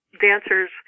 dancers